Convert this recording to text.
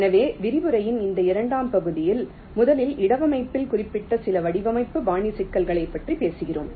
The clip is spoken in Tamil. எனவே விரிவுரையின் இந்த இரண்டாம் பகுதியில் முதலில் இடவமைப்பில் குறிப்பிட்ட சில வடிவமைப்பு பாணி சிக்கல்களைப் பற்றி பேசுகிறோம்